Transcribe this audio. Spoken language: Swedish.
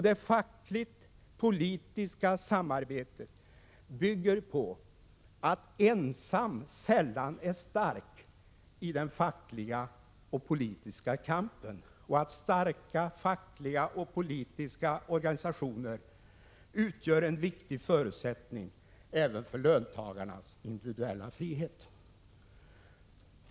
Det fackligt-politiska samarbetet bygger på att ensam sällan är stark i den fackliga och politiska kampen och att starka fackliga och politiska organisationer utgör en viktig förutsättning även för löntagarnas individuella frihet.